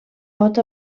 pot